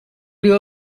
grew